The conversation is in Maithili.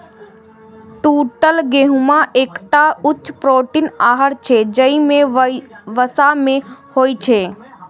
टूटल गहूम एकटा उच्च प्रोटीन आहार छियै, जाहि मे वसा नै होइ छै